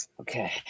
Okay